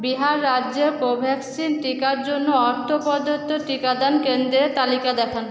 বিহার রাজ্যে কোভ্যাক্সিন টিকার জন্য অর্থ প্রদত্ত টিকাদান কেন্দ্রের তালিকা দেখান